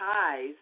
ties